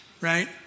right